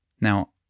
Now